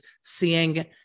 seeing